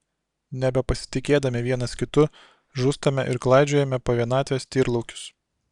nebepasitikėdami vienas kitu žūstame ir klaidžiojame po vienatvės tyrlaukius